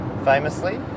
famously